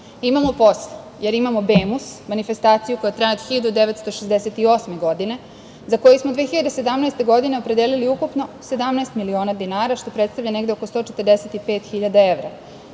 posla, jer imamo BEMUS, manifestaciju koja traje od 1968. godine, za koju smo 2017. godine opredelili ukupno 17 miliona dinara, što predstavlja negde oko 145.000 evra,